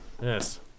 Yes